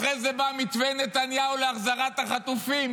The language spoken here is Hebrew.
אחרי זה בא מתווה נתניהו להחזרת החטופים,